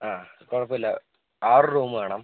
ആ കുഴപ്പമില്ല ആറ് റൂമ് വേണം